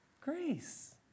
Grace